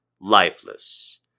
lifeless